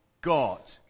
God